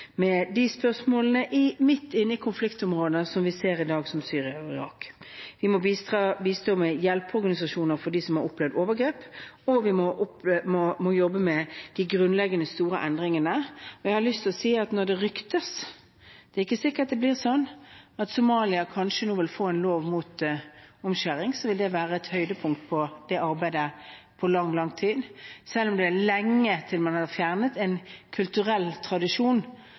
de spørsmålene midt inne i konfliktområder som vi ser i dag, som Syria og Irak. Vi må bistå med hjelpeorganisasjoner for dem som har opplevd overgrep, og vi må jobbe med de grunnleggende, store endringene. Jeg har lyst til å si at når det ryktes – det er ikke sikkert at det blir sånn – at Somalia kanskje nå vil få en lov mot omskjæring, vil det være et høydepunkt i det arbeidet på lang, lang tid, selv om det er lenge til man har fjernet en kulturell tradisjon